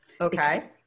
Okay